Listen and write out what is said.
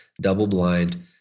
double-blind